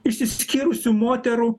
išsiskyrusių moterų